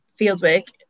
fieldwork